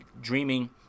dreaming